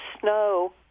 snow